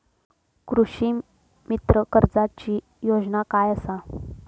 कृषीमित्र कर्जाची योजना काय असा?